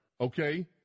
okay